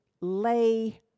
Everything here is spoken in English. lay